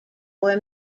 were